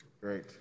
Great